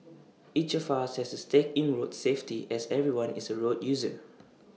each of us has A stake in road safety as everyone is A road user